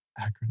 acronym